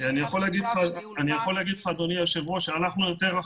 אני יכול לומר לך אדוני היושב ראש שהלכנו יותר רחוק.